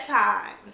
time